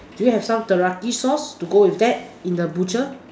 do you have some teriyaki sauce to go with that in the butcher